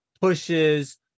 pushes